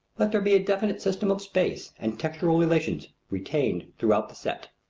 let there be a definite system of space and texture relations retained throughout the set.